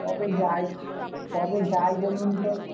কবে যাই কবে যাই বলুন তো